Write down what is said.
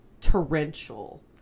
torrential